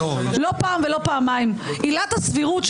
לא פעם ולא פעמיים: עילת הסבירות,